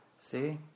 See